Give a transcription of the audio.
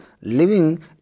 living